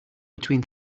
between